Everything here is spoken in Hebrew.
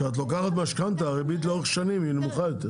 כשאת לוקחת משכנתא הריבית לאורך שנים היא נמוכה יותר,